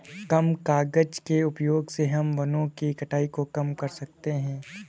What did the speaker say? कम कागज़ के उपयोग से हम वनो की कटाई को कम कर सकते है